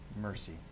Mercy